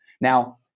Now